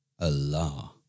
Allah